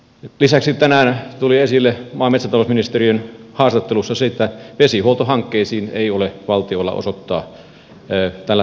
lisäksi tänään tuli esille maa ja metsätalousministeriön haastattelussa se että vesihuoltohankkeisiin ei ole valtiolla osoittaa tällä hetkellä varoja